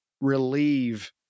relieve